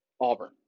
Auburn